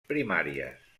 primàries